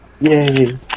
Yay